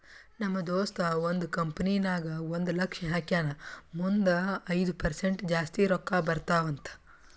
ನಮ್ ದೋಸ್ತ ಒಂದ್ ಕಂಪನಿ ನಾಗ್ ಒಂದ್ ಲಕ್ಷ ಹಾಕ್ಯಾನ್ ಮುಂದ್ ಐಯ್ದ ಪರ್ಸೆಂಟ್ ಜಾಸ್ತಿ ರೊಕ್ಕಾ ಬರ್ತಾವ ಅಂತ್